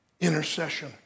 intercession